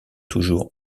toujours